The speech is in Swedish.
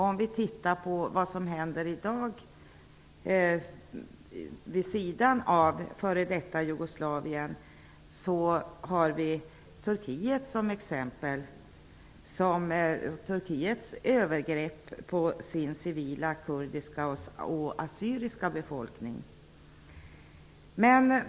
Om vi ser på vad som händer i dag, vid sidan av f.d. Jugoslavien, kan nämnas som exempel Turkiets övergrepp på den civila kurdiska och assyriska befolkningen.